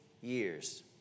years